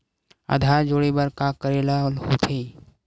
आधार जोड़े बर का करे ला होथे?